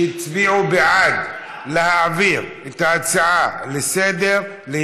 שהצביעו בעד להעביר את ההצעה לסדר-היום